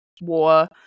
war